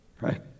Right